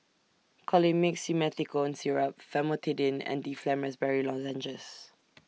Colimix Simethicone Syrup Famotidine and Difflam Raspberry Lozenges